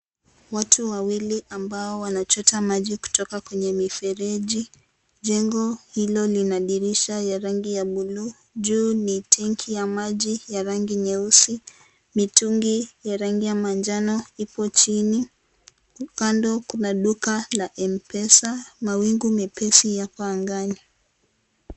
Watu wawili ambao wanachota maji kutoka kwenye mifereji. Jengo hilo lina dirisha ya rangi ya buluu. Juu ni tenki ya maji ya rangi nyeusi. Kando kuna duka la M-Pesa. Mawingu mepesi yako angani.